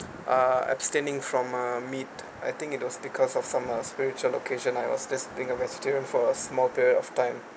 uh abstaining from uh meat I think it was because of from a spiritual location I was just being a vegetarian for a small period of time